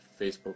Facebook